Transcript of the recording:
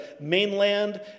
mainland